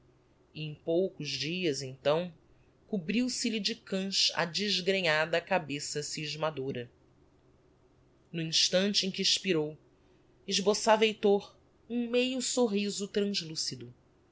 em poucos dias então cobriu se lhe de cans a desgrenhada cabeça scismadora no instante em que expirou esboçava heitor um meio sorriso translucido